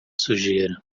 sujeira